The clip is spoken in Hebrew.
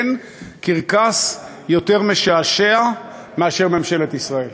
אין קרקס יותר משעשע מאשר ממשלת ישראל.